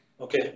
Okay